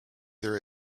there